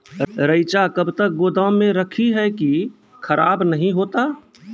रईचा कब तक गोदाम मे रखी है की खराब नहीं होता?